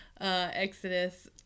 Exodus